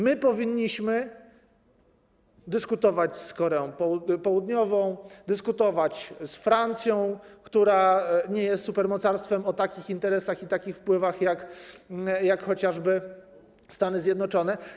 My powinniśmy dyskutować z Koreą Południową, dyskutować z Francją, która nie jest supermocarstwem o takich interesach i takich wpływach jak chociażby Stany Zjednoczone.